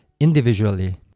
individually